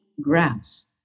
grass